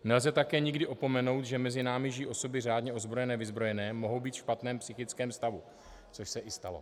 Nelze také nikdy opomenout, že mezi námi žijí osoby řádně ozbrojené, vyzbrojené a mohou být ve špatném psychickém stavu, což se už stalo.